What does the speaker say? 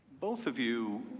both of you